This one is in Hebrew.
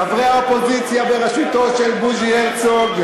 חברי האופוזיציה, בראשותו של בוז'י הרצוג,